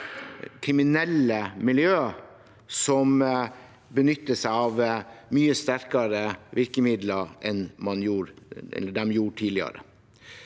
kriminelle miljøer som benytter seg av mye sterkere virkemidler enn de gjorde tidligere.